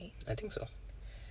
I think so